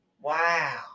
Wow